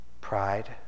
pride